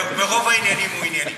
ברוב העניינים הוא ענייני.